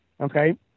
okay